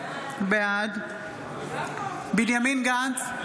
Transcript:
בעד בנימין גנץ,